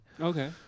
okay